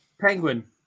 Penguin